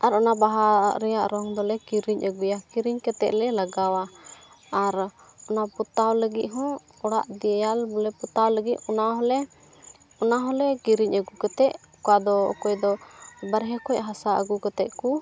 ᱟᱨ ᱚᱱᱟ ᱵᱟᱦᱟ ᱨᱮᱭᱟᱜ ᱨᱚᱝ ᱫᱚᱞᱮ ᱠᱤᱨᱤᱧ ᱟᱹᱜᱩᱭᱟ ᱠᱤᱨᱤᱧ ᱠᱟᱛᱮᱫ ᱞᱮ ᱞᱟᱜᱟᱣᱟ ᱟᱨ ᱚᱱᱟ ᱯᱚᱛᱟᱣ ᱞᱟᱹᱜᱤᱫ ᱦᱚᱸ ᱚᱲᱟᱜ ᱫᱮᱣᱟᱞ ᱵᱚᱞᱮ ᱯᱚᱛᱟᱣ ᱞᱟᱹᱜᱤᱫ ᱚᱱᱟ ᱦᱚᱸᱞᱮ ᱚᱱᱟ ᱦᱚᱸᱞᱮ ᱠᱤᱨᱤᱧ ᱟᱹᱜᱩ ᱠᱟᱛᱮᱫ ᱚᱠᱟ ᱫᱚ ᱚᱠᱚᱭ ᱫᱚ ᱵᱟᱦᱨᱮ ᱠᱷᱚᱱ ᱦᱟᱥᱟ ᱟᱹᱜᱩ ᱠᱟᱛᱮᱫ ᱠᱚ